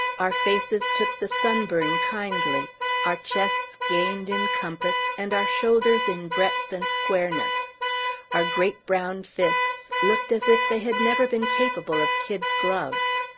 our faces took the sunburn kindly our chests gained in compass, and our shoulders in breadth and squareness our great brown fists looked as if they had never been capable of kid gloves.